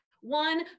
One